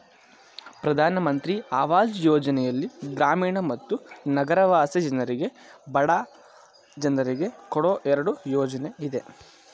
ಪ್ರಧಾನ್ ಮಂತ್ರಿ ಅವಾಜ್ ಯೋಜನೆಯಲ್ಲಿ ಗ್ರಾಮೀಣ ಮತ್ತು ನಗರವಾಸಿ ಜನರಿಗೆ ಬಡ ಜನರಿಗೆ ಕೊಡೋ ಎರಡು ಯೋಜನೆ ಇದೆ